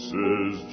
Says